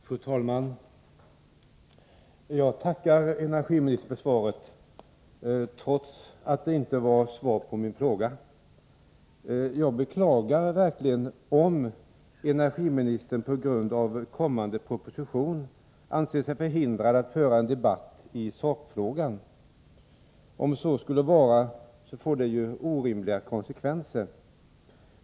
Fru talman! Jag tackar energiministern för svaret, trots att det inte är ett svar på min fråga. Jag beklagar verkligen om energiministern på grund av kommande proposition anser sig förhindrad att föra en debatt i sakfrågan. Om så skulle vara, får det orimliga konsekvenser.